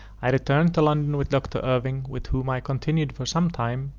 i returned to london with doctor irving, with whom i continued for some time,